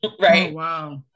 Right